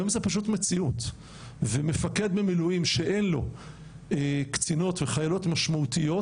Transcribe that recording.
היום זה פשוט מציאות ומפקד במילואים שאין לו קצינות וחיילות משמעותיות,